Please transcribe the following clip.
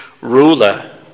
ruler